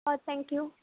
অঁ thank U